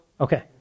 Okay